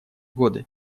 годы